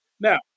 now